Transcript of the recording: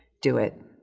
do it.